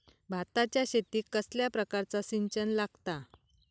भाताच्या शेतीक कसल्या प्रकारचा सिंचन लागता?